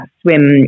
swim